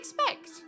expect